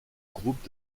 groupe